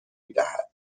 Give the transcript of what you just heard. میدهد